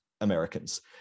Americans